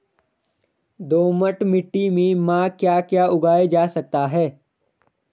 दोमट मिट्टी में म ैं क्या क्या उगा सकता हूँ?